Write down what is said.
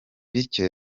bityo